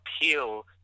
appeal